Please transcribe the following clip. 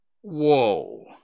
Whoa